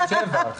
מס שבח.